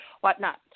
whatnot